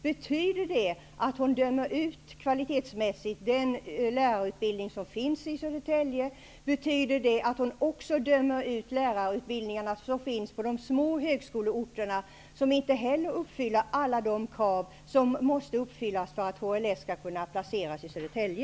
Betyder detta att Ann-Cathrine Haglund kvalitetsmässigt dömer ut den lärarutbildning som finns i Södertälje och att hon också dömer ut de lärarutbildningar som finns på de små högskoleorterna, vilka inte heller uppfyller alla de krav som måste uppfyllas för att HLS skall kunna placeras i Södertälje?